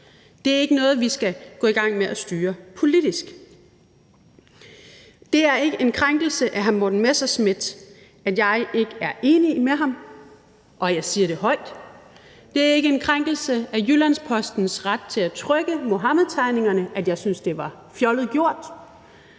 Det er ikke noget, vi skal gå i gang med at styre politisk. Det er ikke en krænkelse af hr. Morten Messerschmidt, at jeg ikke er enig med ham, og at jeg siger det højt. Det er ikke en krænkelse af Jyllands-Postens ret til at trykke Muhammedtegningerne, at jeg siger, at jeg synes, det var fjollet gjort.